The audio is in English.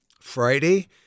Friday